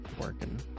working